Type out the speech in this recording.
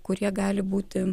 kurie gali būti